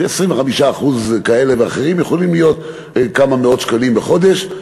ו-25% כאלה ואחרים יכולים להיות כמה מאות שקלים בחודש,